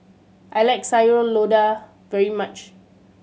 I like Sayur Lodeh very much